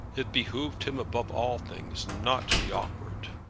it behoved him above all things not to be awkward!